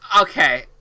Okay